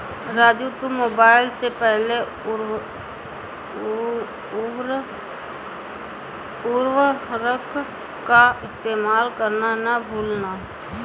राजू तुम मोबाइल से पहले उर्वरक का इस्तेमाल करना ना भूलना